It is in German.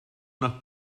nach